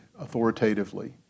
authoritatively